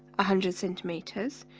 hundred centimeters,